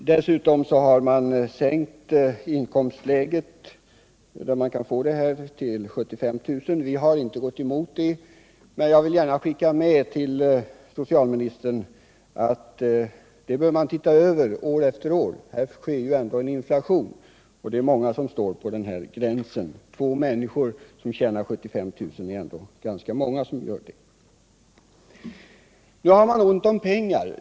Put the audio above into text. Dessutom har man sänkt inkomstgränsen för rätt till bosättningslån till 75 000 kr. Vi har inte gått emot det. Men jag vill gärna skicka med en hälsning till socialministern att den här regeln bör ses över år efter år. Det pågår ändå en inflation, och det är många som befinner sig på den här gränsen. De fall där två makar förtjänar 75 000 är ganska många. Nu har man ont om pengar.